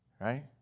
right